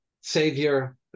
savior